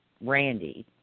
Randy